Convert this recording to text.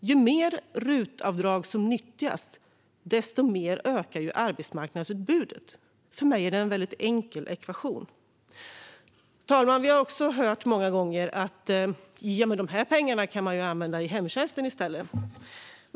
Ju mer RUT-avdrag som nyttjas, desto mer ökar arbetsmarknadsutbudet. För mig är det en väldigt enkel ekvation. Fru talman! Vi har också hört många gånger att de här pengarna kan användas i hemtjänsten i stället.